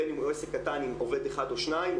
בין אם הוא עסק קטן עם עובד אחד או שניים,